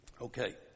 Okay